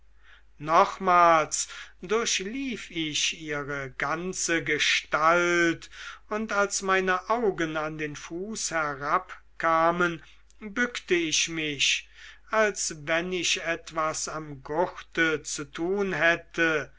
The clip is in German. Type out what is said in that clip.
nochmals durchlief ich ihre ganze gestalt und als meine augen an den fuß herabkamen bückte ich mich als wenn ich etwas am gurte zu tun hätte